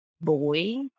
boy